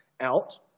out